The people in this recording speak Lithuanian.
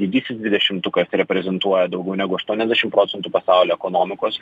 didysis dvidešimtukas reprezentuoja daugiau negu aštuoniasdešim procentų pasaulio ekonomikos